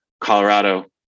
Colorado